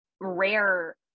rare